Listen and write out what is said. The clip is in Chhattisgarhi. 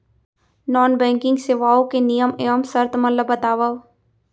नॉन बैंकिंग सेवाओं के नियम एवं शर्त मन ला बतावव